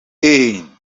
één